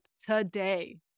today